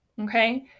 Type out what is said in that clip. okay